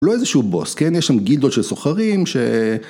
הוא לא איזה שהוא בוס, כן? יש שם גילדות של סוחרים ש...